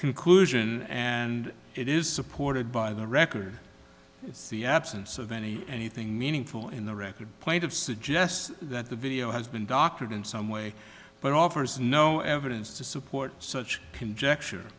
conclusion and it is supported by the record the absence of any anything meaningful in the record point of suggests that the video has been doctored in some way but offers no evidence to support such conjecture